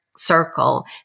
Circle